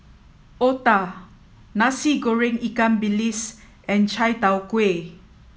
Otah Nasi Goreng Ikan Bilis and Chai Tow Kuay